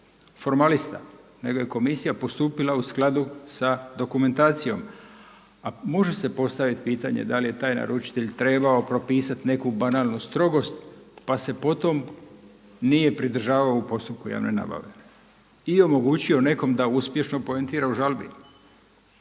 formalista nego je komisija postupila u skladu sa dokumentacijom. A može se postaviti pitanje da li je taj naručitelj trebao propisati neku banalnu strogost pa se po tom nije pridržavao u postupku javne nabave i omogućio nekom da uspješno poentira u žabi.